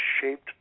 shaped